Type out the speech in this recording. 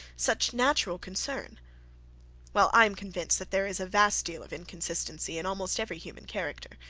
such natural, concern well, i am convinced that there is a vast deal of inconsistency in almost every human character.